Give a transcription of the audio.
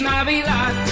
Navidad